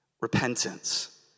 repentance